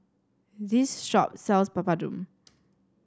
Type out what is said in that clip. this shop sells Papadum